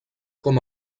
com